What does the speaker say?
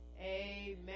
amen